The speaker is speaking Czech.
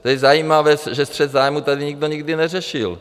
To je zajímavé, že střet zájmů tady nikdo nikdy neřešil.